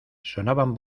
sonaban